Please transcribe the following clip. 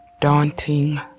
daunting